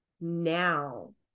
now